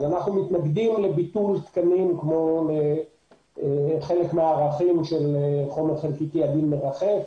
אנחנו מתנגדים לביטול תקנים כמו חלק מהערכים של חומר חלקיקי אוויר מרחף,